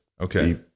okay